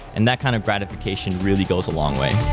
and that kind of gratification really goes a long way.